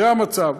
זה המצב.